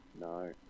no